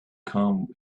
come